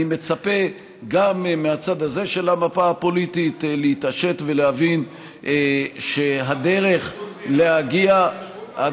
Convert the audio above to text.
אני מצפה גם מהצד הזה של המפה הפוליטית להתעשת ולהבין שהדרך להגיע,